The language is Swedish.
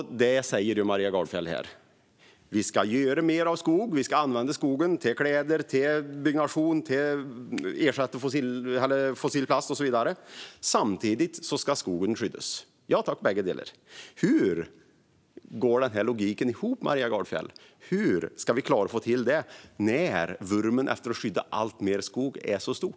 Det är också vad Maria Gardfjell säger här. Vi ska göra mer av skogen och använda skogen till kläder, till byggnationer och till att ersätta fossil plast. Samtidigt ska skogen skyddas. Ja tack, bägge delarna! Hur går den här logiken ihop, Maria Gardfjell? Hur ska vi få till detta när vurmen att skydda alltmer skog är så stor?